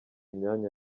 imyanya